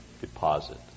deposit